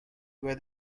where